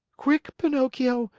quick, pinocchio,